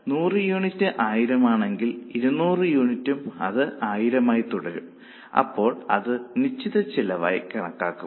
അതിനാൽ 100 യൂണിറ്റിന് 1000 ആണെങ്കിൽ 200 യൂണിറ്റിനും അത് 1000 ആയി തുടരും അപ്പോൾ അത് നിശ്ചിത ചെലവായി കണക്കാക്കും